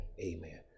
Amen